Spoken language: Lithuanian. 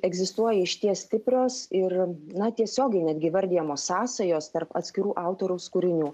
egzistuoja išties stiprios ir na tiesiogiai netgi įvardijamos sąsajos tarp atskirų autoriaus kūrinių